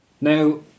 Now